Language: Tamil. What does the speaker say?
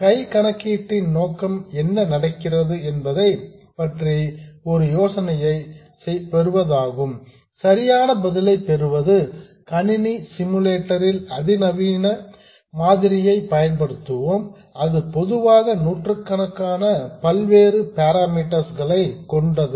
கை கணக்கீட்டின் நோக்கம் என்ன நடக்கிறது என்பதை பற்றிய ஒரு யோசனையை பெறுவதாகும் சரியான பதிலை பெறுவது கணினி சிமுலட்டர் ல் அதிநவீன மாதிரியை பயன்படுத்துவோம் அது பொதுவாக நூற்றுக்கணக்கான பல்வேறு பேராமீட்டர்ஸ் களை கொண்டது